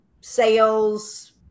sales